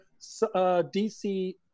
DC